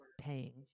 paying